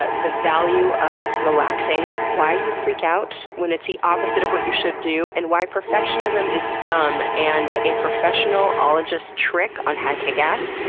ah the value of relaxing. why you freak out when it's the opposite what you should do. and why perfectionism is dumb. and a professional ologist trick on how to kick ass.